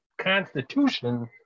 constitution